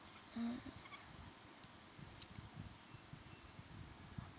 mm